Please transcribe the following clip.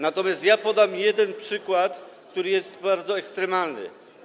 Natomiast ja podam jeden przykład, który jest bardzo ekstremalny.